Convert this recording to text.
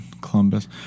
columbus